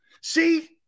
See